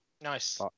Nice